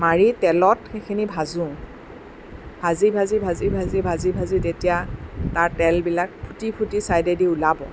মাৰি তেলত সেইখিনি ভাজোঁ ভাজি ভাজি ভাজি ভাজি ভাজি ভাজি যেতিয়া তাৰ তেলবিলাক ফুটি ফুটি ছাইডেদি ওলাব